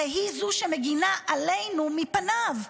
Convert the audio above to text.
הרי היא זו שמגינה עלינו מפניו.